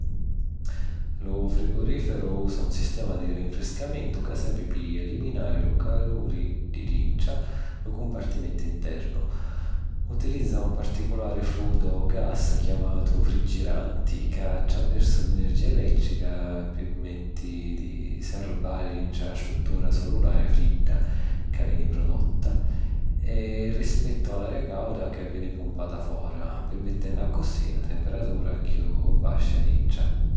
Lu frigorìferu usa un sistema di rinfriscamentu ca servi pi eliminari lu caluri di dintra lu cumpartimentu 'nternu. Utilizza un particulari fluidu o gas, chiamatu friggiranti, ca attraversu l’energìa elèttrica pirmetti di sarbari dintra la struttura sulu l’aria fridda, ca veni produtta, rispettu a l’aria càuda ca veni pumpata fora, pirmittennu accussì na temperatura chiù vascia dintra.